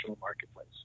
marketplace